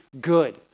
good